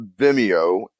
Vimeo